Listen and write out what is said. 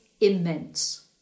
immense